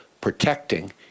protecting